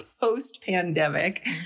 Post-pandemic